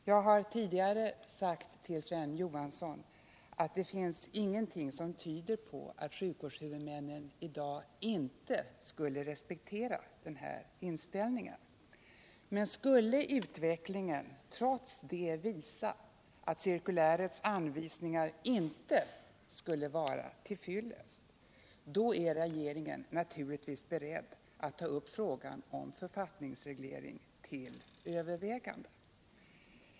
Jag har tidigare sagt till Sven Johansson att det inte finns någonting som tyder på att sjukvårdshuvudmännen i dag inte skulle respektera den här inställningen, men skulle utvecklingen trots det visa att cirkulärets anvisningar inte är till fyllest, så är regeringen naturligtvis beredd att ta upp frågan om författningsreglering till övervägande.